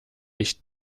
ich